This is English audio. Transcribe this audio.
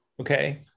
okay